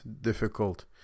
difficult